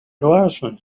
glasses